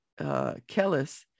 Kellis